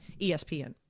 ESPN